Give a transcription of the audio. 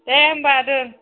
दे होनबा दोन